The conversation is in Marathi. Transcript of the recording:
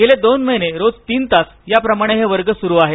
गेले दोन महिने रोज तीन तास याप्रमाणे हे वर्ग स्रु आहेत